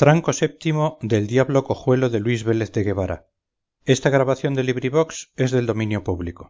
diré dijo el cojuelo si acabas de despertar y me escuchas con atención tranco vii